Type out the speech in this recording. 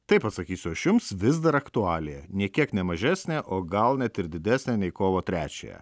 taip atsakysiu aš jums vis dar aktualija nė kiek ne mažesnė o gal net ir didesnę nei kovo trečiąją